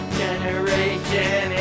generation